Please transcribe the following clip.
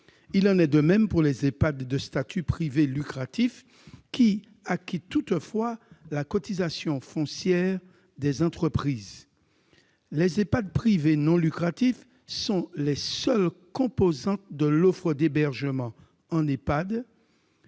Il en est de même pour les EHPAD de statut privé lucratif qui acquittent toutefois la cotisation foncière des entreprises. Les EHPAD privés non lucratifs sont les seules composantes de l'offre d'hébergement en EHPAD